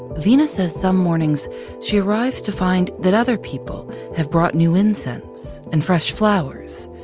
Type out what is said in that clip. vina says some mornings she arrives to find that other people have brought new incense and fresh flowers.